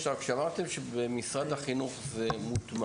עכשיו, כשאמרתם שבמשרד החינוך זה מוטמע